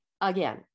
Again